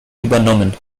übernommen